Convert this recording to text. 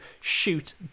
shoot